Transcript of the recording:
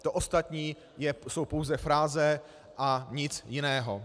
To ostatní jsou pouze fráze a nic jiného.